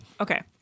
okay